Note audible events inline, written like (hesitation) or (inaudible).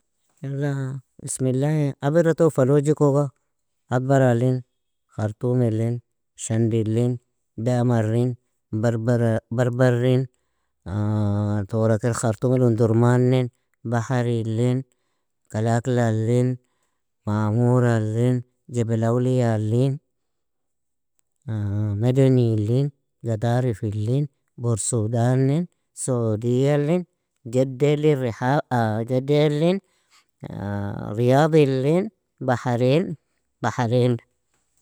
Yala بسم الله abirra ton falojikoga, adbaralin, khartumlin, shandilin, damarin, barbara_barbarrin, (hesitation) tora khartumil, undurmanin, baharilin, kalaklalin, maamuralin, jebel awliyalin, (hesitation) madanilin, gadarifilin, bursudanin, sodialin, jadelin, riha (hesitation) jadelin, ridhilin, baharin, baharin.